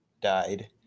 died